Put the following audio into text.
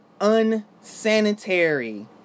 unsanitary